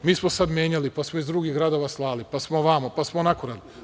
Mi smo sada menjali, pa smo iz drugih gradova slali, pa smo ovamo, pa smo onako radili.